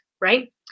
right